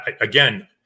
again